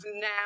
now